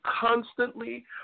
constantly